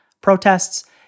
protests